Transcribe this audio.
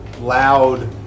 loud